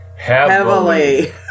Heavily